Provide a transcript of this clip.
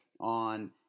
on